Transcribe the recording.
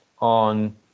on